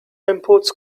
imports